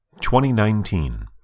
2019